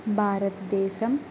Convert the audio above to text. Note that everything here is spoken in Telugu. భారతదేశం